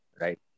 right